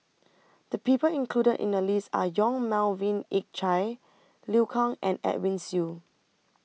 The People included in The list Are Yong Melvin Yik Chye Liu Kang and Edwin Siew